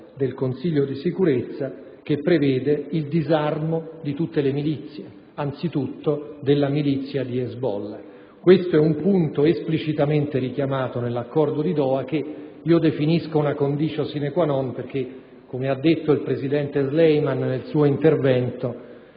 del Consiglio di sicurezza che prevede il disarmo di tutte le milizie, innanzitutto della milizia di Hezbollah. Questo è un punto esplicitamente richiamato nell'accordo di Doha, che definisco una *condicio* *sine qua non* perché, come ha detto il presidente Sleiman nel suo intervento,